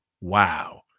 wow